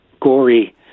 gory